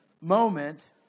moment